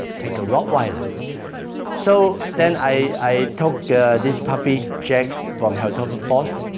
take a rottweiler so then i took this puppy jack vom heltorfer forst